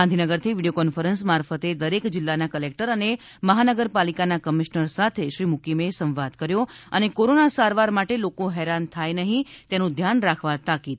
ગાધીનગર થી video conference મારફતે દરેક જિલ્લાના કલેક્ટર અને મહાનગરપાલિકાના કમિશ્નર સાથે શ્રી મૂકીમે સંવાદ કર્યો હતો અને કોરોના સારવાર માટે લોકો હેરાન થાય નહીં તેનું ધ્યાન રાખવા તાકીદ કરી હતી